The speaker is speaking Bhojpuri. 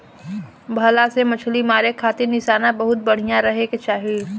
भला से मछली मारे खातिर निशाना बहुते बढ़िया रहे के चाही